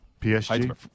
PSG